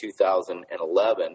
2011